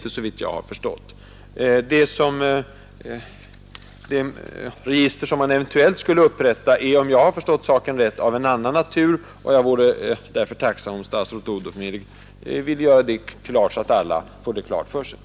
Såvitt jag har förstått är det nämligen inte så. Det register som man eventuellt skulle upprätta är, om jag fattat saken rätt, av annan natur, och jag vore tacksam om statsrådet Odhnoff tydligt ville deklarera detta, så att alla blir på det klara därmed.